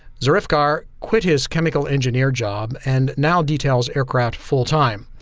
zarifkar quit his chemical engineer job and now details aircraft full time.